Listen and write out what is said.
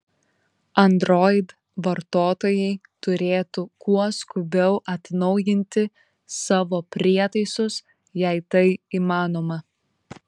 android vartotojai turėtų kuo skubiau atnaujinti savo prietaisus jei tai įmanoma